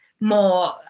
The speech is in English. more